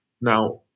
now